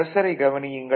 கர்சரைக் கவனியுங்கள்